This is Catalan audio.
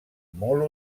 molt